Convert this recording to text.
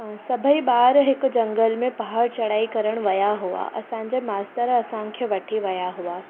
सभई ॿार हिकु झंगल में पहाड़ चढ़ाई करणु विया हुआ असांजा मास्तर असांखे वठी विया हुया